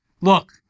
look